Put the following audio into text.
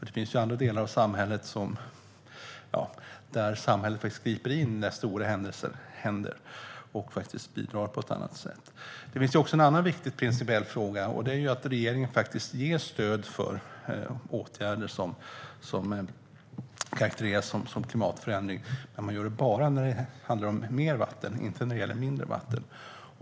Det finns ju andra delar av samhället där samhället faktiskt griper in när stora händelser inträffar och därmed bidrar på ett annat sätt. Det finns en annan viktig principiell fråga, och det är att regeringen ger stöd för åtgärder som karaktäriseras som klimatförändringar, men man gör det bara när det handlar om mer vatten och inte när det handlar om mindre vatten.